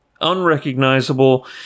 unrecognizable